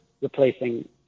replacing